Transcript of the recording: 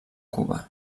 cuba